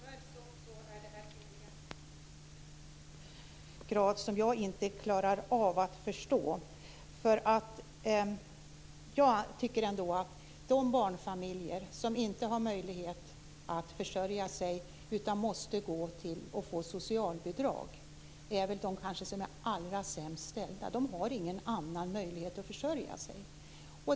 Fru talman! Tyvärr är det här en matematik som jag inte klarar av att förstå. Jag tycker ändå att de barnfamiljer som inte har möjlighet att försörja sig, utan som måste gå och få socialbidrag, är de som har det kanske allra sämst ställt. De har ingen annan möjlighet att försörja sig.